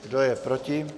Kdo je proti?